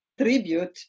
tribute